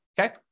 okay